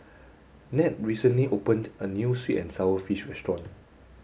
Nat recently opened a new sweet and sour fish restaurant